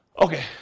Okay